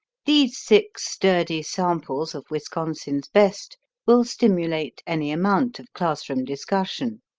these six sturdy samples of wisconsin's best will stimulate any amount of classroom discussion.